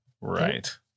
Right